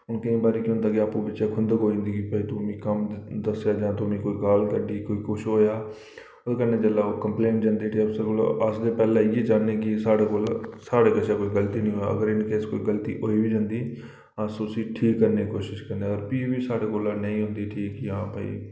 हून केईं बारी केह् होंदा कि अप्पू बिच्चें खुंद्दक होई जंदी कि भाई तूं मिगी कम्म दस्सेआ जां तूं कोई मिगी गाल कड्ढी जां कुछ होएआ ओह्दे कन्नै जिसलै कंपलेन ओह् जंदी उठी अफसर कोल अस ते पैहले इ'यै चाहन्ने कि साढ़े कोल साढ़े कशा कोई गल्ती निं होऐ अगर इन केस कोई गल्ती होई बी जंदी अस उसी ठीक करने दी कोशश करने अगर फ्ही बी साढ़े कोला नेईं होंदी ठीक कि हां भाई